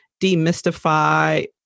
demystify